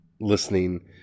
listening